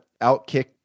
outkick